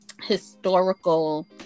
historical